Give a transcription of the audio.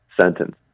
sentence